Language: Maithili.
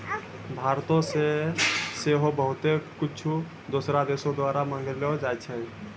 भारतो से सेहो बहुते कुछु दोसरो देशो द्वारा मंगैलो जाय छै